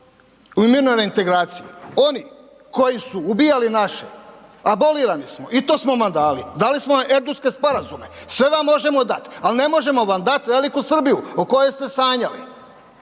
u mirnoj reintegraciji, oni koji su ubijali naše, abolirani smo i to smo vam dali, dali smo vam Erdutske sporazume, sve vam možemo dat, al ne možemo vam dat veliku Srbiju o kojoj ste sanjali.